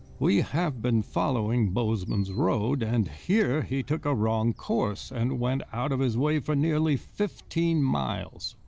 we have been following bozeman's road and here he took a wrong course and went out of his way for nearly fifteen miles,